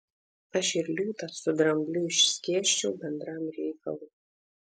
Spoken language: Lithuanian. aš ir liūtą su drambliu išskėsčiau bendram reikalui